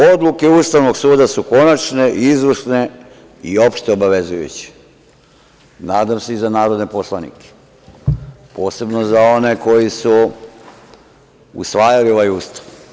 Odluke Ustavnog suda su konačne, izvršne i opšte obavezujuće, nadam se i za narodne poslanike, posebno za one koji su usvajali ovaj Ustav.